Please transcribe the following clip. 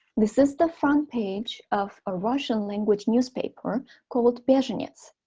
this is the front page of a russian-language newspaper called bezhenets,